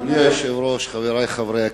אדוני היושב-ראש, חברי חברי הכנסת,